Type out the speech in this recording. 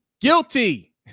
guilty